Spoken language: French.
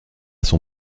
son